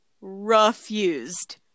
Refused